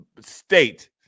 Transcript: state